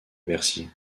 bercy